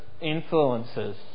influences